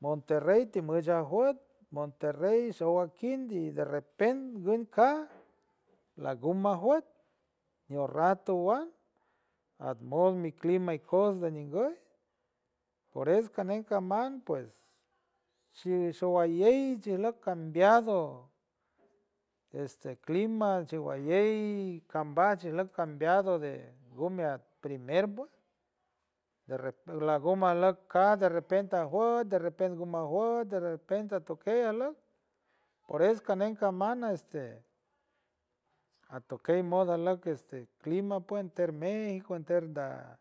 Monterrey timush a juet, monterrey showa kin y de repen kaj lagumajuet ñurra tuan aj mod mi clima ikos de ninguey, por es canen caman pues shi showalley cambiado, este clima chiwalley kambaj chijlock cambiado de gumi aj primer puej de repen, lagomajlack cas de repen ajuet de repen nguma juet de repen atokej ajlock por es canen caman este atokey mod ajlock este clima pues enter mexico, enter da